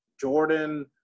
Jordan